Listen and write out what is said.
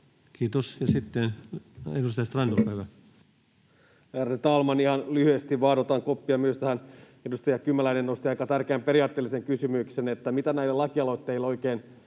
Kiitos. — Ja sitten edustaja Strand, olkaa hyvä. Ärade talman! Ihan lyhyesti vain otan koppia myös tähän. Edustaja Kymäläinen nosti aika tärkeän periaatteellisen kysymyksen, että mitä näille lakialoitteille oikein